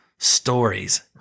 stories